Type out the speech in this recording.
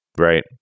right